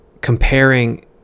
comparing